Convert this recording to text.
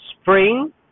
spring